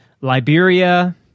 Liberia